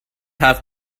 have